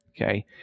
Okay